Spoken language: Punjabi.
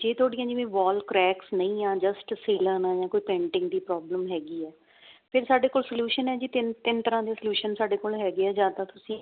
ਜੇ ਤੁਹਾਡੀਆਂ ਜਿਵੇਂ ਵੋਲ ਕਰੈਕਸ ਨਹੀਂ ਆ ਜਸਟ ਸੀਲਨ ਆ ਜਾਂ ਕੋਈ ਪੇਂਟਿੰਗ ਦੀ ਪ੍ਰੋਬਲਮ ਹੈਗੀ ਐ ਫਿਰ ਸਾਡੇ ਕੋਲ ਸਲਊਸ਼ਨ ਐ ਜੀ ਤਿੰਨ ਤਿੰਨ ਤਰ੍ਹਾਂ ਦੇ ਸਲਊਸ਼ਨ ਸਾਡੇ ਕੋਲ ਹੈਗੇ ਆ ਜਾਂ ਤਾਂ ਤੁਸੀਂ